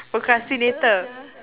procrastinator